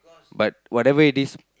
but whatever it is